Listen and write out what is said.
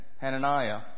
Hananiah